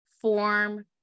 form